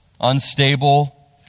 unstable